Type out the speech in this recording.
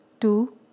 two